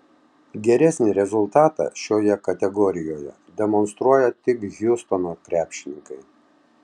geresnį rezultatą šioje kategorijoje demonstruoja tik hjustono krepšininkai